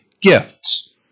gifts